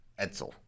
Edsel